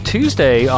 Tuesday